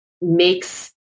makes